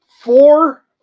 Four